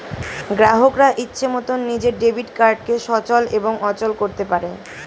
গ্রাহকরা ইচ্ছে মতন নিজের ডেবিট কার্ডকে সচল এবং অচল করতে পারে